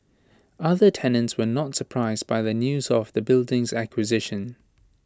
other tenants were not surprised by the news of the building's acquisition